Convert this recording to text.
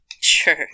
Sure